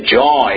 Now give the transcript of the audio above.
joy